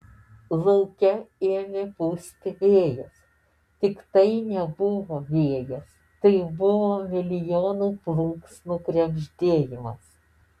lauke ėmė pūsti vėjas tik tai nebuvo vėjas tai buvo milijonų plunksnų krebždėjimas